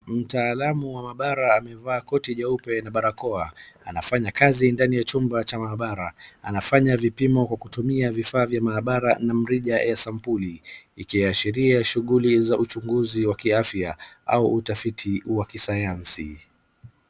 Mtaalamu wa maabara amevaa koti jeupe na barakoa, anafanya kazi ndani ya chumba cha maabara, anafanya vipimo kwa kutumia vifaa vya maabara na mrija ya sampuli ikiashiria shughuli za uchunguzi za kiafya au utafiti wa kisayansi .